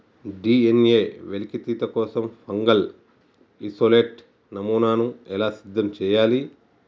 DNA వెలికితీత కోసం fungal isolate నమూనాను ఎలా సిద్ధం చెయ్యాలి?